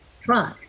try